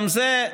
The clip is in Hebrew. גם זה,